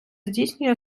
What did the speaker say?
здійснює